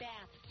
Bath